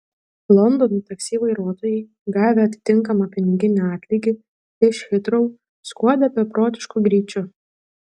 londono taksi vairuotojai gavę atitinkamą piniginį atlygį iš hitrou skuodė beprotišku greičiu